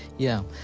yeah,